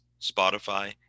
Spotify